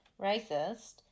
racist